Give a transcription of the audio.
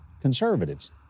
conservatives